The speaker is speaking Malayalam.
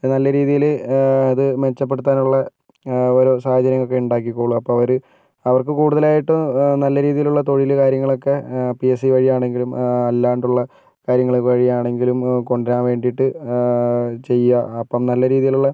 നല്ല രീതിയിൽ അത് മെച്ചപ്പെടുത്താനുള്ള ഒരോ സാഹചര്യങ്ങളൊക്കെ ഉണ്ടാക്കിക്കോളും അപ്പോൾ അവർ അവർക്ക് കൂടുതലായിട്ടും നല്ല രീതിയിലുള്ള തൊഴിൽ കാര്യങ്ങളൊക്കെ പി എസ് സി വഴിയാണെങ്കിലും അല്ലാണ്ടുള്ള കാര്യങ്ങളൊക്കെ വഴിയാണെങ്കിലും കൊണ്ടുവരാൻ വേണ്ടിയിട്ട് ചെയ്യുക അപ്പം നല്ല രീതിയിലുള്ള